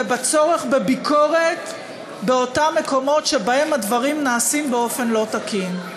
ובצורך בביקורת באותם מקומות שבהם הדברים נעשים באופן לא תקין.